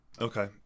okay